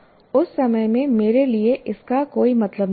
उस समय मेरे लिए इसका कोई मतलब नहीं है